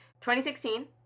2016